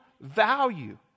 value